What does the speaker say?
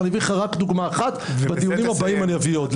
ואני אביא לך רק דוגמה אחת ובדיונים הבאים אני אביא עוד.